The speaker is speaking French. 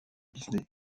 disney